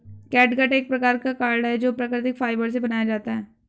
catgut एक प्रकार का कॉर्ड है जो प्राकृतिक फाइबर से बनाया जाता है